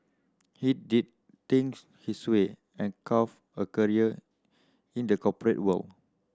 he did things his way and carved a career in the corporate world